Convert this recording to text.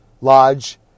Lodge